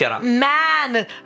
man